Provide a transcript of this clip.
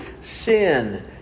sin